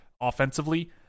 offensively